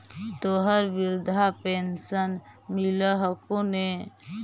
तोहरा वृद्धा पेंशन मिलहको ने?